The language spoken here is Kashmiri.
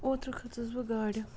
اوترٕ کھٔژٕس بہٕ گاڑِ